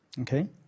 okay